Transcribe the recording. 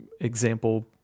example